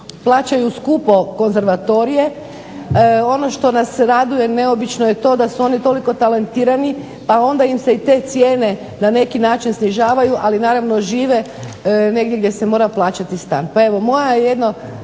plaćaju skupo konzervatorije. Ono što nas raduje neobično je to da su oni toliko talentirani pa onda im se i te cijene na neki način snižavaju, ali naravno žive negdje gdje se mora plaćati stan. Pa evo